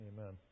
Amen